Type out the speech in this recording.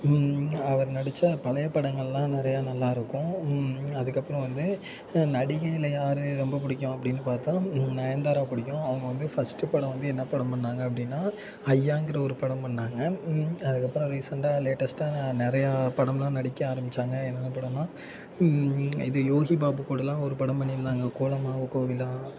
அவர் நடித்த பழைய படங்கள்லாம் நிறைய நல்லாயிருக்கும் அதுக்கப்புறம் வந்து நடிகையில யார் ரொம்ப பிடிக்கும் அப்படின்னு பார்த்தா நயன்தாரா பிடிக்கும் அவங்க வந்து ஃபஸ்ட்டு படம் வந்து என்ன படம் பண்ணாங்க அப்படின்னா ஐயாங்கிற ஒரு படம் பண்ணாங்க அதுக்கப்புறம் ரீசென்ட்டாக லேட்டஸ்ட்டாக நிறையா படம்லாம் நடிக்க ஆரம்பிச்சாங்க என்னென்ன படம்னா இது யோகிபாபு கூடலாம் ஒரு படம் பண்ணியிருந்தாங்க கோலமாவு கோகிலா